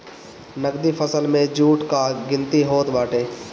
नगदी फसल में जुट कअ गिनती होत बाटे